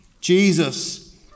Jesus